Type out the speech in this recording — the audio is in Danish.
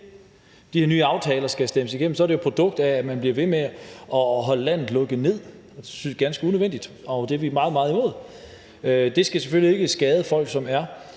de her nye aftaler skal stemmes igennem, er det jo et produkt af, at man bliver ved med at holde landet lukket ned, og det synes vi er ganske unødvendigt, og det er vi meget, meget imod. Det skal selvfølgelig ikke skade folk, som er